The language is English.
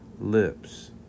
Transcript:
lips